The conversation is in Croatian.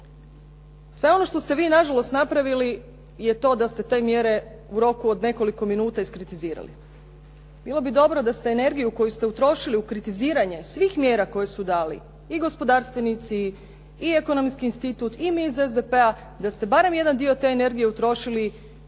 Sve ono što ste vi nažalost napravili je to da ste te mjere u roku od nekoliko minuta iskritizirali. Bilo bi dobro da ste energiju koju ste utrošili u kritiziranje svih mjera koje su dali i gospodarstvenici i Ekonomski institut i mi iz SDP-a da ste barem jedan dio te energije utrošili